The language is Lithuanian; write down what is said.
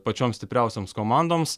pačioms stipriausioms komandoms